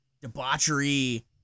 debauchery